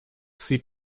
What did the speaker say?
zieht